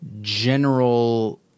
general